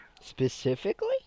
Specifically